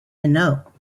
minot